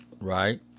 Right